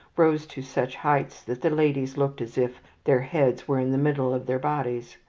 rose to such heights that the ladies looked as if their heads were in the middle of their bodies.